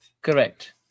correct